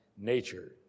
nature